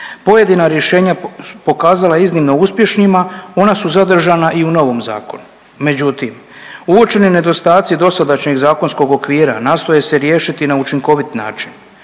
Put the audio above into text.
pojedina rješenja pokazala iznimno uspješnima ona su zadržana i u novom zakonu. Međutim, uočeni nedostatci dosadašnjeg zakonskog okvira nastoje se riješiti na učinkovit način.